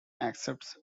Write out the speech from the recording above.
accepts